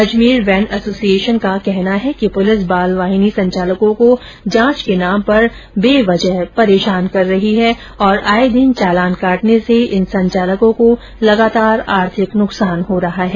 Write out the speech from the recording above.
Ajmer van association का कहना है कि पुलिस बाल वाहिनी संचालकों को जांच के नाम पर बेवजह परेशान कर रही है और आए दिन चालान काटने से इन संचालकों को लगातार आर्थिक नुकसान हो रहा है